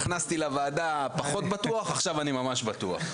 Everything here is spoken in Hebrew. נכנסתי לוועדה פחות בטוח עכשיו אני ממש בטוח.